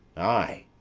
ay,